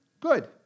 good